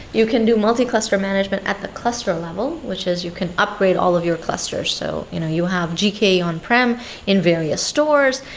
you can do multi-cluster management at the cluster level, which is you can upgrade all of your clusters. so you know you have gke on-prem in various stores,